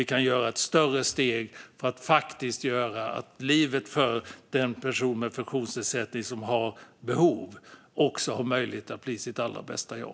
Då kan vi ta ett större steg för att förbättra livet för personer med funktionsnedsättning och stora behov, så att de får möjlighet att bli sitt allra bästa jag.